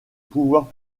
pouvoirs